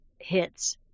hits